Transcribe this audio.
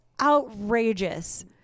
outrageous